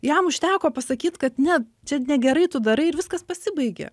jam užteko pasakyt kad ne čia negerai tu darai ir viskas pasibaigė